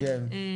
כן.